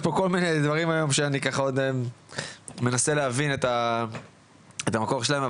יש פה כל מיני דברים היום שאני מנסה להבין את המקור שלהם.